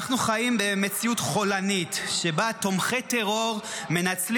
אנחנו חיים במציאות חולנית שבה תומכי טרור מנצלים